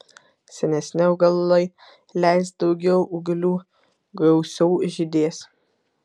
senesni augalai leis daugiau ūglių gausiau žydės